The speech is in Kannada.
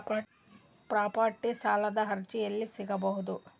ಪ್ರಾಪರ್ಟಿ ಸಾಲದ ಅರ್ಜಿ ಎಲ್ಲಿ ಸಿಗಬಹುದು?